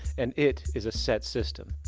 and it is a set system.